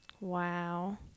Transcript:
Wow